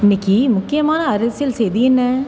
இன்னிக்கு முக்கியமான அரசியல் செய்தி என்ன